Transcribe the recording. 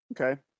Okay